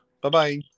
Bye-bye